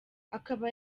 akaba